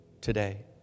today